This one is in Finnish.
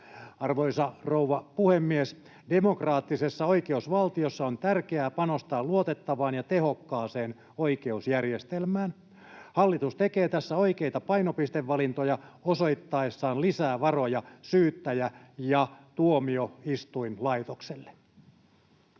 Arvoisa rouva puhemies! Demokraattisessa oikeusvaltiossa on tärkeää panostaa luotettavaan ja tehokkaaseen oikeusjärjestelmään. Hallitus tekee tässä oikeita painopistevalintoja osoittaessaan lisää varoja syyttäjä- ja tuomioistuinlaitokselle.